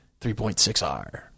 3.6R